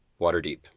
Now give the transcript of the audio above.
Waterdeep